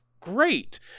great